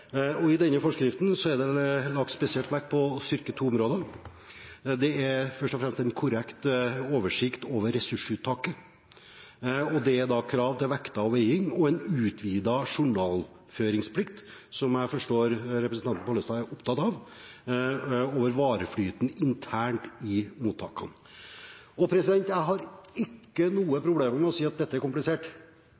I denne forskriften er det lagt spesielt vekt på å styrke to områder for å sikre en korrekt oversikt over ressursuttaket: krav til vekter og veiing og en utvidet journalføringsplikt – som jeg forstår representanten Pollestad er opptatt av – over vareflyten internt på mottakene. Jeg har ikke